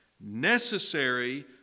necessary